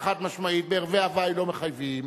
חד-משמעית: בערבי הווי לא מחייבים,